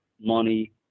money